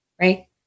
right